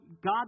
God